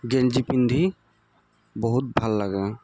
গেঞ্জি পিন্ধি বহুত ভাল লাগে